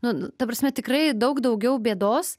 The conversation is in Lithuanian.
nu ta prasme tikrai daug daugiau bėdos